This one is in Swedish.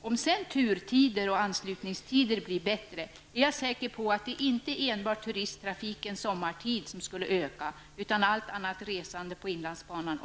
Om sedan turtider och anslutningstider blir bättre, är jag säker på att inte enbart turisttrafiken sommartid ökar utan också allt annat resande på inlandsbanan.